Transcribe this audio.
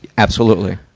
absolutely.